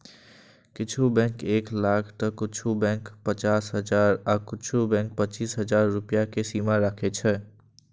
किछु बैंक एक लाख तं किछु बैंक पचास हजार आ किछु बैंक पच्चीस हजार रुपैया के सीमा राखै छै